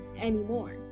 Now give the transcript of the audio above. anymore